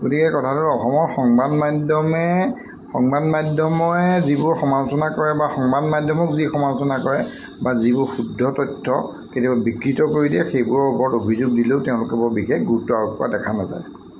গতিকে কথাটো হ'ল অসমৰ সংবাদ মাধ্যমে সংবাদ মাধ্যমে যিবোৰ সমালচনা কৰে বা সংবাদ মাধ্যমক যি সমালচনা কৰে বা যিবোৰ শুদ্ধ তথ্য কেতিয়াবা বিকৃত কৰি দিয়ে সেইবোৰৰ ওপৰত অভিযোগ দিলেও তেওঁলোকে বৰ বিশেষ গুৰুত্ব আৰোপ কৰা দেখা নাযায়